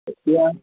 এতিয়া